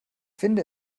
finde